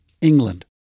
England